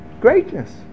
greatness